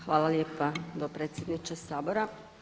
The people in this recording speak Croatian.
Hvala lijepa potpredsjedniče Sabora.